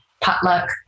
potluck